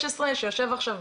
בעצמו,